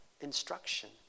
instruction